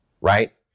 right